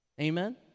Amen